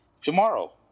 tomorrow